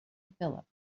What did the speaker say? phillip